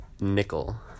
Nickel